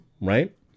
right